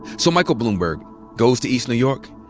so michael bloomberg goes to east new york.